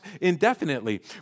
indefinitely